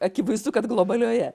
akivaizdu kad globalioje